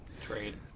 Trade